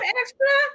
extra